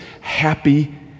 happy